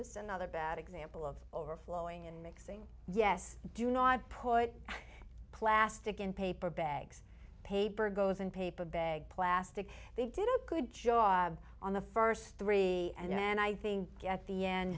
is another bad example of overflowing and mixing yes do not put plastic in paper bags paper goes in paper bag plastic they did a good job on the first three and then i think get the and